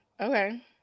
Okay